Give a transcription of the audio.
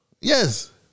Yes